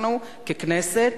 אנחנו ככנסת,